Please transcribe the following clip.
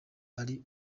ari